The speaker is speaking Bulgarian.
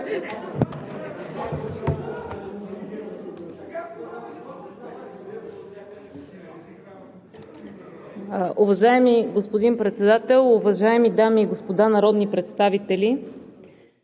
Уважаеми господин Председател, уважаеми дами и господа народни представители!